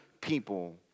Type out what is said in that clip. people